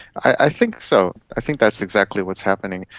i think so, i think that's exactly what's happening,